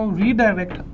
redirect